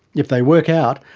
if they work out,